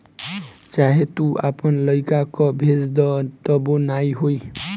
चाहे तू आपन लइका कअ भेज दअ तबो ना होई